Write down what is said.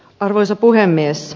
arvoisa puhemies